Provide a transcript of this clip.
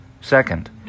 Second